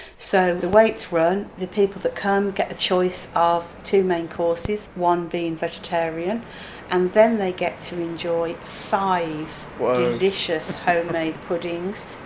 so, the way it's run, the people that come get a choice of two main courses, one being vegetarian and then they get to enjoy five delicious homemade puddings.